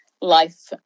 life